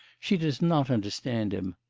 she does not understand him.